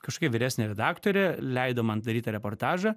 kažkokia vyresnė redaktorė leido man daryt tą reportažą